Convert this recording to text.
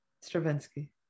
Stravinsky